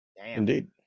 indeed